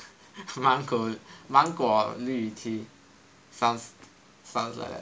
芒果绿 tea sounds sounds like a